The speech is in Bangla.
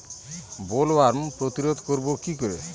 বোলওয়ার্ম প্রতিরোধ করব কি করে?